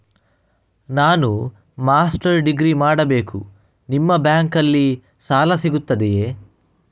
ನಾನು master degree ಮಾಡಬೇಕು, ನಿಮ್ಮ ಬ್ಯಾಂಕಲ್ಲಿ ಸಾಲ ಸಿಗುತ್ತದೆಯೇ?